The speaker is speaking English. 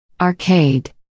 Arcade